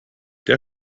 der